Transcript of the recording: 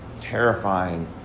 terrifying